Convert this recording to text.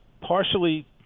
partially